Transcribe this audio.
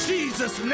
Jesus